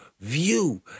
view